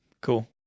Cool